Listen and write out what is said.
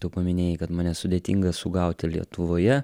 tu paminėjai kad mane sudėtinga sugauti lietuvoje